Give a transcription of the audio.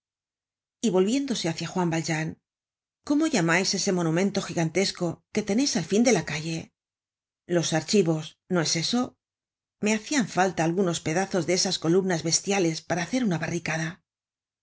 y volviéndose hácia juan valjean cómo llamais ese monumento gigantesco que teneis al fin de la calle los archivos no es eso me hacian falta algunos pedazos de esas columnas bestiales para hacer una barricada